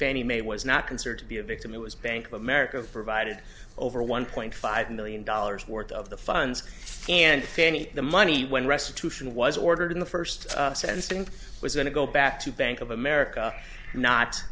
fannie mae was not considered to be a victim it was bank of america provided over one point five million dollars worth of the funds and fannie the money when restitution was ordered in the first sense to was going to go back to bank of america not